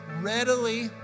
readily